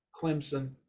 Clemson